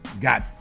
got